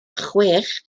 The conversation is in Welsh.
chwech